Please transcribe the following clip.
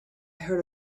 heard